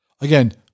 Again